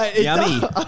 Yummy